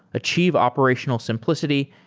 achieve operational simplicity,